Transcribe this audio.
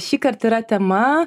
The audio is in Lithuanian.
šįkart yra tema